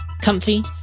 Comfy